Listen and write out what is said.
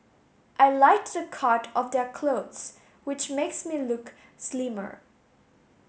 I like the cut of their clothes which makes me look slimmer